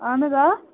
اَہن حظ آ